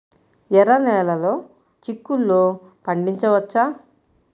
ఎర్ర నెలలో చిక్కుల్లో పండించవచ్చా?